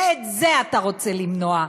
ואת זה אתה רוצה למנוע,